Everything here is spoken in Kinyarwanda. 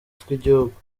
tw’igihugu